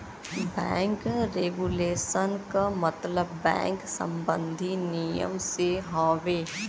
bank regulation क मतलब bank सम्बन्धी नियम से हउवे